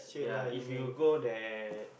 ya if you go that